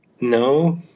No